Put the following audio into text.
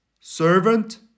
servant